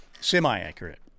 semi-accurate